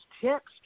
text